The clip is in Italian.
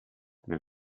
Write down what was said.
nel